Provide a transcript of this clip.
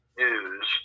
news